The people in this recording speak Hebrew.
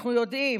אנחנו יודעים,